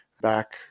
back